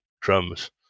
drums